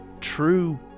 true